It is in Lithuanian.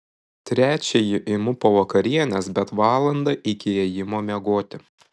trečiąjį imu po vakarienės bet valandą iki ėjimo miegoti